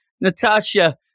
Natasha